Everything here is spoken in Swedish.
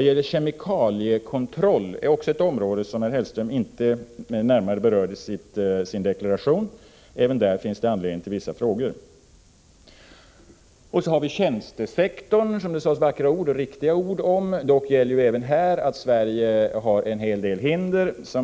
Även kemikaliekontroll är ett område som statsrådet Hellström inte berörde i sin deklaration men där det finns anledning att ställa vissa frågor. Beträffande tjänstesektorn sades vackra och riktiga ord, men även på det området finns det i Sverige en hel del hinder.